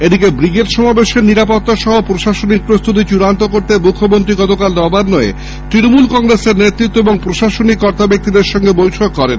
এদিকে ব্রিগেড সমাবেশের নিরাপত্তা সহ প্রশাসনিক প্রস্তুতি চূড়ান্ত করতে মুখ্যমন্ত্রী গতকাল নবান্নে তৃণমূল কংগ্রেসের শীর্ষ নেতৃত্ব ও প্রশাসনিক কর্তাদের সঙ্গে বৈঠক করেন